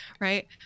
right